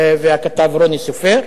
והכתב רוני סופר,